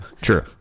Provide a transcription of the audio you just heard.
true